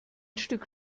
stück